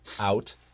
out